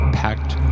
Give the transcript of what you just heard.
packed